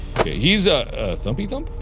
okay, he's a thumpy thump?